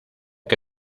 que